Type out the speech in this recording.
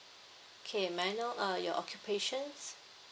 okay may I know uh your occupations